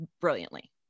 brilliantly